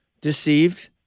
deceived